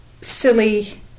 silly